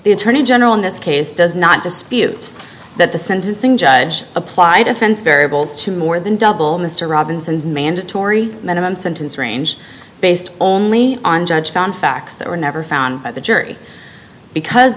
the attorney general in this case does not dispute that the sentencing judge applied offense variables to more than double mr robinson's mandatory minimum sentence range based only on judge found facts that were never found by the jury because